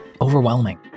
overwhelming